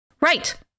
Right